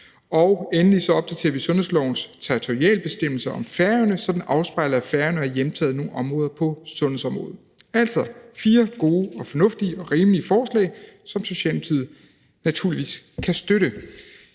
Og endelig opdaterer vi sundhedslovens territorialbestemmelser om Færøerne, så den afspejler, at Færøerne har hjemtaget nogle områder på sundhedsområdet. Der er altså tale om fire gode og fornuftige og rimelige forslag, som Socialdemokratiet naturligvis kan støtte.